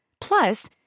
Plus